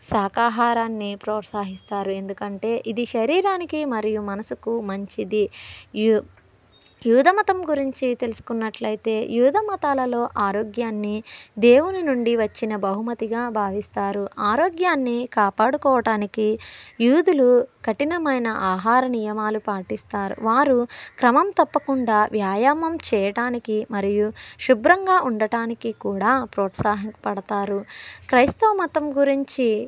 శాఖాహారాన్ని ప్రోత్సహిస్తారు ఎందుకంటే ఇది శరీరానికి మరియు మనసుకు మంచిది యు యూదు మతం గురించి తెలుసుకున్నట్లయితే యూదు మతాలలో ఆరోగ్యాన్ని దేవుని నుండి వచ్చిన బహుమతిగా భావిస్తారు ఆరోగ్యాన్ని కాపాడుకోవటానికి యూదులు కఠినమైన ఆహార నియమాలు పాటిస్తారు వారు క్రమం తప్పకుండా వ్యాయామం చేయడానికి మరియు శుభ్రంగా ఉండటానికి కూడా ప్రోత్సాహం పడతారు క్రైస్తవ మతం గురించి